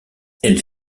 elle